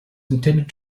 intended